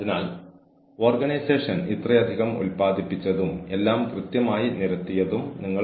അതിനാൽ കഴിയുന്നിടത്തോളം നിങ്ങളുടെ അഭിമുഖ പാനലിൽ നിരവധി ആളുകളെ ഉൾപ്പെടുത്തുക